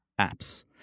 apps